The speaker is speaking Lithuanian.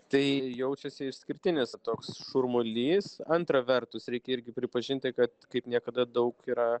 tai jaučiasi išskirtinis toks šurmulys antra vertus reikia irgi pripažinti kad kaip niekada daug yra